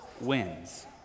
wins